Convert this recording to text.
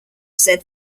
said